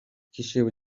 киши